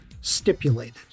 Stipulated